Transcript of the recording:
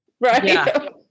Right